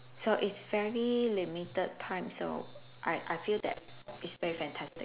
so it's very limited time so I I feel that it's very fantastic